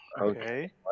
Okay